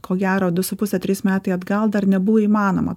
ko gero du su puse trys metai atgal dar nebuvo įmanoma